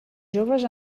joves